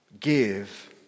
give